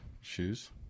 shoes